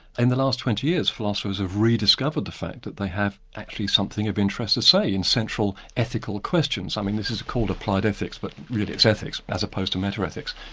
in the last twenty years philosophers have rediscovered the fact that they have actually something of interest to say in central ethical questions. i mean this is called applied ethics, but really it's ethics as opposed to meta-ethics,